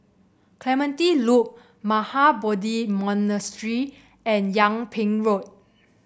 Clementi Loop Mahabodhi Monastery and Yung Ping Road